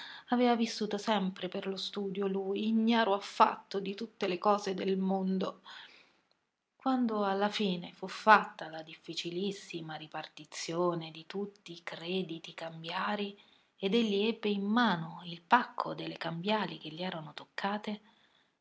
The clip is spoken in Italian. aveva vissuto sempre per lo studio lui ignaro affatto di tutte le cose del mondo quando alla fine fu fatta la difficilissima ripartizione di tutti i crediti cambiarii ed egli ebbe in mano il pacco delle cambiali che gli erano toccate